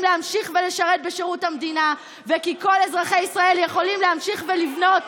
להמשיך לשרת בשירות המדינה וכי כל אזרחי ישראל יכולים להמשיך לבנות,